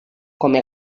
come